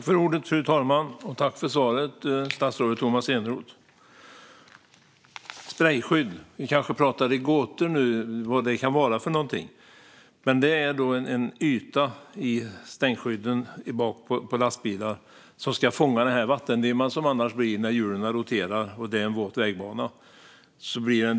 Fru talman! Tack för svaret, statsrådet Tomas Eneroth! Vi kanske pratar i gåtor nu, för alla kanske inte vet vad sprejskydd är för någonting. Det är en yta i stänkskydden bak på lastbilar som ska fånga vattendimman som uppstår runt fordonet när hjulen roterar och vägbanan är våt.